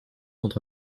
entre